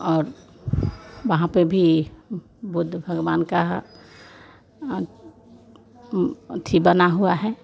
और वहाँ पर भी बुद्ध भगवान का अथी बना हुआ है